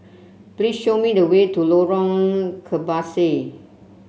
please show me the way to Lorong Kebasi